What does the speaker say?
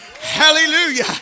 Hallelujah